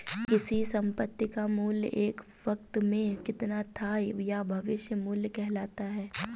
किसी संपत्ति का मूल्य एक वक़्त में कितना था यह भविष्य मूल्य कहलाता है